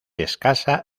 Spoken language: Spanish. escasa